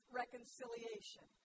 reconciliation